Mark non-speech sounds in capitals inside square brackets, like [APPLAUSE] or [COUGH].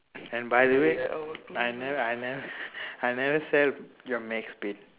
and by the way I never I never [LAUGHS] I never sell your max payne